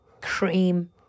cream